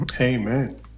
amen